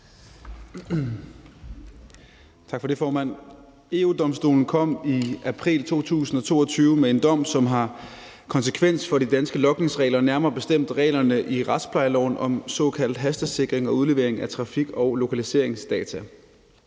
Tak for det, formand. EU-Domstolen kom i april 2022 med en dom, som har konsekvenser for de danske logningsregler, nærmere bestemt reglerne i retsplejeloven om såkaldt hastesikring og udlevering af trafik- og lokaliseringsdata.